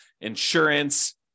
insurance